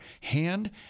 hand